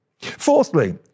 Fourthly